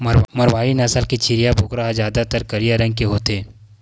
मारवारी नसल के छेरी बोकरा ह जादातर करिया रंग के होथे